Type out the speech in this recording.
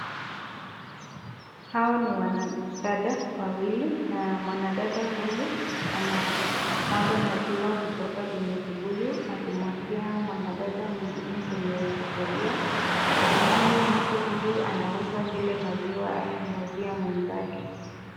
Hawa ni wanadada wawili na mwanadada huyu anamwaga maziwa kutoka kwenye kibuyu akimwagia mwanadada mwingine kwenye sufuria. Natumai mtu huyu anauza zile maziwa akimuuzia mwenzake.